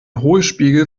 hohlspiegel